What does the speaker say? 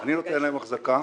אני נותן להם אחזקה,